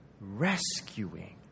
rescuing